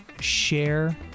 share